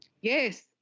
Yes